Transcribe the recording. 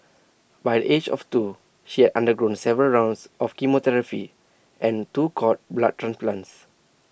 by the age of two she undergone several rounds of chemotherapy and two cord blood transplants